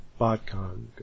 BotCon